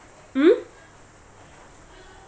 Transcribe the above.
mm